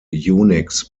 unix